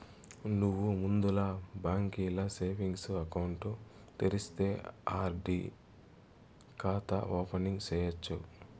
నువ్వు ముందల బాంకీల సేవింగ్స్ ఎకౌంటు తెరిస్తే ఆర్.డి కాతా ఓపెనింగ్ సేయచ్చు